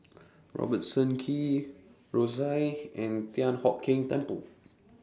Robertson Quay Rosyth and Thian Hock Keng Temple